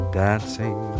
dancing